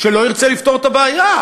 שלא ירצה לפתור את הבעיה.